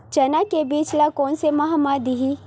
चना के बीज ल कोन से माह म दीही?